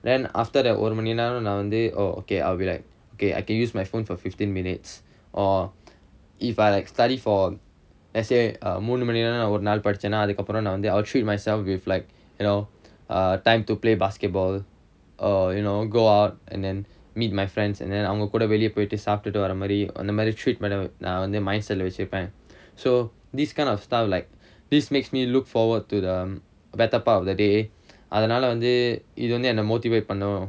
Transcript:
then after that ஒரு மணி நேரம் நா வந்து:oru mani neram naa vanthu okay I'll be like okay I can use my phone for fifteen minutes or if I like study for let's say a மூணு மணி நேரம் நா ஒரு நாள் படிச்சேனா அதுக்கு அப்புறம் நா வந்து:moonu mani neram naa oru naal padichaenaa athukku appuram naa vanthu I'll treat myself with like you know err time to play basketball or you know go out and then meet my friends and then அவங்ககூட வெளிய போய்ட்டு சாப்டுட்டு வரமாரி அந்தமாரி:avangaloda veliya poittu saaptuttu varamaari anthamaari treatment நா வந்து:naa vanthu mindset வெச்சுப்பேன்:vechuppaen so this kind of stuff like this makes me look forward to the better part of the day அதுனால வந்து இது வந்து என்ன:athunaala vanthu ithu vanthu enna motivate பண்ணும்:pannum